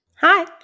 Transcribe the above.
Hi